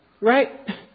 Right